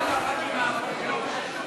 חוק התוכנית להבראת כלכלת ישראל (תיקוני חקיקה להשגת